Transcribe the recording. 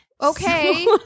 Okay